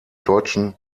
deutschen